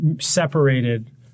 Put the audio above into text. separated